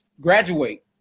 graduate